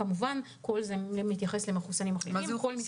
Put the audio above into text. כמובן, כל זה מתייחס למחוסנים ולמחלימים.